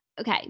Okay